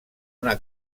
una